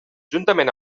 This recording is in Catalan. juntament